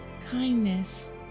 kindness